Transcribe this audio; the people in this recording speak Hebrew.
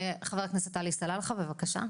חבר הכנסת עלי סלאלחה, בבקשה.